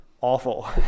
awful